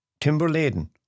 Timber-laden